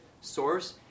source